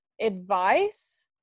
advice